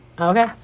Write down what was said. Okay